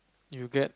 you get